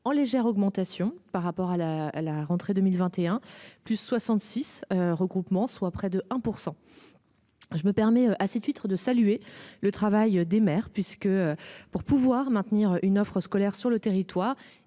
en légère augmentation par rapport à la, à la rentrée 2021 plus 66, regroupement soit près de 1%. Je me permets d'huîtres de saluer le travail des mères puisque pour pouvoir maintenir une offre scolaire sur le territoire,